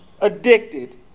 addicted